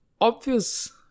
obvious